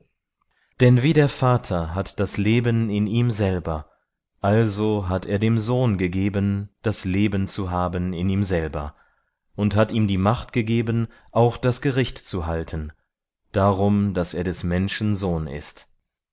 denn wie der vater hat das leben in ihm selber also hat er dem sohn gegeben das leben zu haben in ihm selber und hat ihm macht gegeben auch das gericht zu halten darum daß er des menschen sohn ist